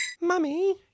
Mummy